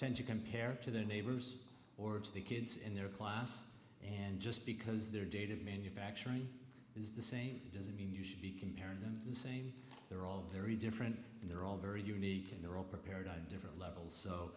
tend to compare to the neighbors or to the kids in their class and just because they're dated manufacturing is the same it doesn't mean you should be comparing them the same they're all very different and they're all very unique and they're all prepared on different levels so